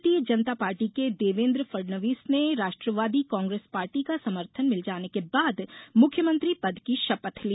भारतीय जनता पार्टी के देवेन्द्र फडणवीस ने राष्ट्रवादी कांग्रेस पार्टी का समर्थन मिल जाने के बाद मुख्यमंत्री पद की शपथ ली